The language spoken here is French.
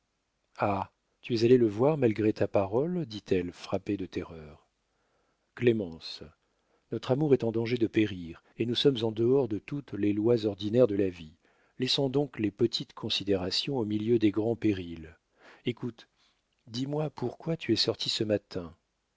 ah tu es allé le voir malgré ta parole dit-elle frappée de terreur clémence notre amour est en danger de périr et nous sommes en dehors de toutes les lois ordinaires de la vie laissons donc les petites considérations au milieu des grands périls écoute dis-moi pourquoi tu es sortie ce matin